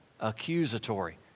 accusatory